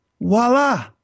Voila